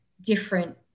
different